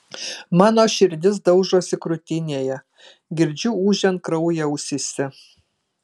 mano širdis daužosi krūtinėje girdžiu ūžiant kraują ausyse